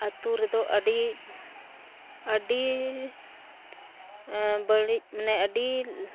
ᱟᱛᱳ ᱨᱮᱫᱚ ᱟᱹᱰᱤ ᱟᱹᱰᱤ ᱵᱟᱹᱲᱤᱡᱽ ᱢᱟᱱᱮ ᱟᱹᱰᱤ